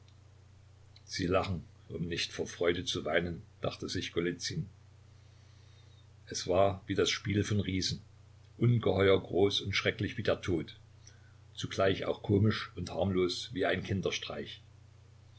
sie lachen um nicht vor freude zu weinen dachte sich golizyn es war wie das spiel von riesen ungeheuer groß und schrecklich wie der tod zugleich auch komisch und harmlos wie ein